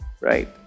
right